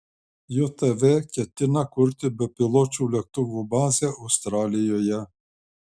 jav ketina kurti bepiločių lėktuvų bazę australijoje